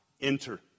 enter